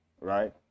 right